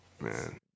man